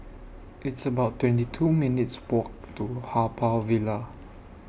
It's about twenty two minutes' Walk to Haw Par Villa